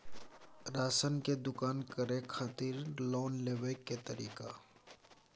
Ration के दुकान करै खातिर लोन लेबै के तरीका?